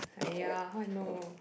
!aiya! how I know